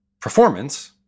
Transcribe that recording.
performance